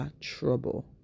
Trouble